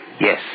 Yes